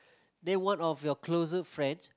name one of your closest friends